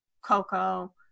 coco